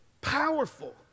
Powerful